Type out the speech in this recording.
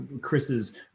Chris's